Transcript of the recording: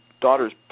daughter's